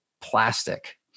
plastic